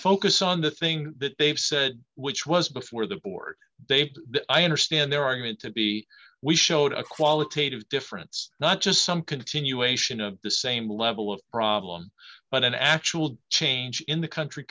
focus on the things that they've said which was before the court they have to i understand their argument to be we showed a qualitative difference not just some continuation of the same level of problem but an actual change in the country